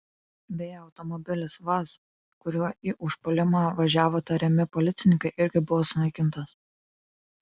beje automobilis vaz kuriuo į užpuolimą važiavo tariami policininkai irgi buvo sunaikintas